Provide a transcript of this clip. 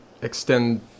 Extend